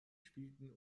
spielten